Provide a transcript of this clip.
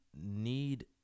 need